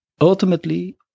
Ultimately